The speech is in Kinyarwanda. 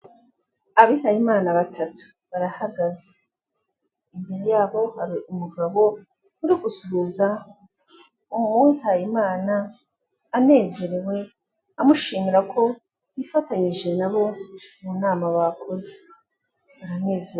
Abihaye imana batatu barahagaze, imbere yabo hari umugabo uri gusuhuza uwihaye imana anezerewe amushimira ko yifatanyije nabo mu nama bakoze umunezero.